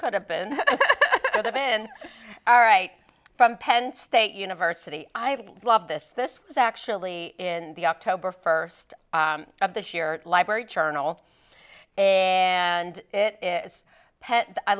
could have been given right from penn state university i love this this was actually in the october first of this year library journal a and it is